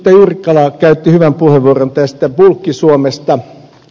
juurikkala käytti hyvän puheenvuoron tästä bulkki suomesta